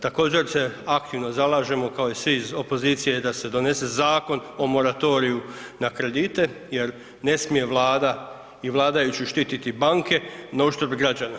Također se aktivno zalažemo kao i svi iz opozicije da se donese zakon o moratoriju na kredite jer ne smije Vlada i vladajući štititi banke na uštrb građana.